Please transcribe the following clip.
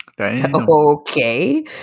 okay